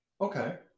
Okay